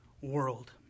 world